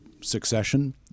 succession